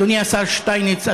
אדוני השר שטייניץ,